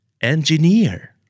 engineer